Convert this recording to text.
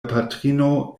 patrino